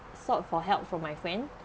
sought for help from my friend